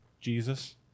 Jesus